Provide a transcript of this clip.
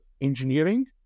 engineering